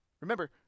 Remember